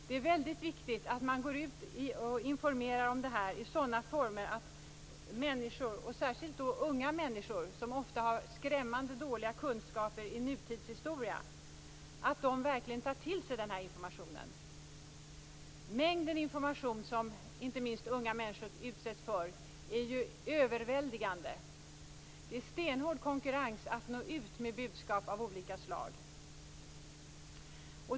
Det är väldigt viktigt att man går ut och informerar om detta i sådan former att människor - särskilt då unga människor, som ofta har skrämmande dåliga kunskaper i nutidshistoria - verkligen tar till sig denna information. Mängden information som inte minst unga människor utsätts för är överväldigande. Det är stenhård konkurrens när det gäller att nå ut med budskap av olika slag.